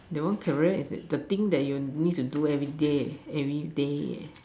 that one career is the the thing you need to do everyday everyday eh